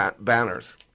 banners